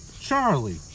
Charlie